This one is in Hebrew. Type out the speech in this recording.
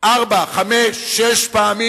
ארבע-חמש-שש פעמים,